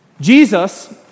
Jesus